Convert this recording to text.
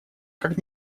как